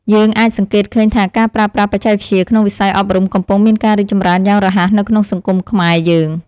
យើងអាចសង្កេតឃើញថាការប្រើប្រាស់បច្ចេកវិទ្យាក្នុងវិស័យអប់រំកំពុងមានការរីកចម្រើនយ៉ាងរហ័សនៅក្នុងសង្គមខ្មែរយើង។